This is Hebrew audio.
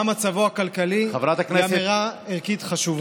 ומה מצבו הכלכלי, היא אמירה ערכית חשובה.